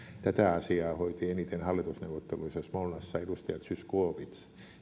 tätä asiaa hoiti eniten hallitusneuvotteluissa smolnassa edustaja zyskowicz